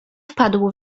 wpadł